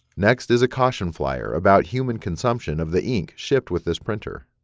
next is a caution flyer about human consumption of the ink shipped with this printer.